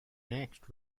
next